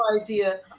idea